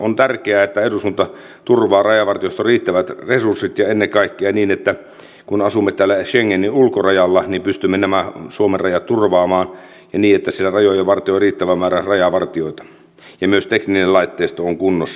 on tärkeää että eduskunta turvaa rajavartioston riittävät resurssit ja ennen kaikkea niin että kun asumme täällä schengenin ulkorajalla niin pystymme nämä suomen rajat turvaamaan niin että siellä rajoja vartioi riittävä määrä rajavartijoita ja myös tekninen laitteisto on kunnossa